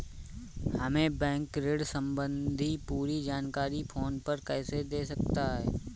हमें बैंक ऋण संबंधी पूरी जानकारी फोन पर कैसे दे सकता है?